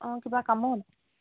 অঁ কিবা কামত